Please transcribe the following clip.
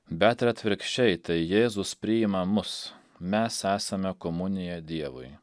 bet ir atvirkščiai tai jėzus priima mus mes esame komunija dievui